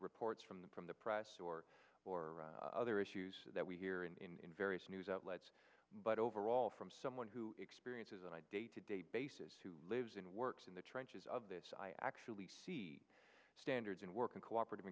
reports from the from the press or or other issues that we hear in various news outlets but overall from someone who experiences and i day to day basis who lives and works in the trenches of this i actually see standards in work in cooperative